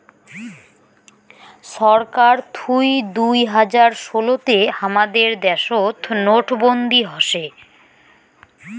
ছরকার থুই দুই হাজার ষোলো তে হামাদের দ্যাশোত নোটবন্দি হসে